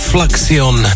Fluxion